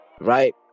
right